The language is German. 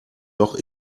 doch